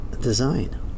design